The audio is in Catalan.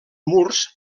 murs